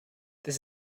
this